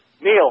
Neil